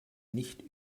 nicht